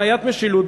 בעיית משילות,